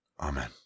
Amen